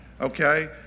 Okay